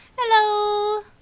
Hello